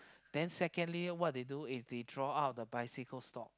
then secondly what they do is they draw out the bicycle stop